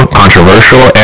controversial